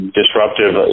disruptive